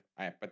iPad